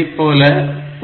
இதைப்போல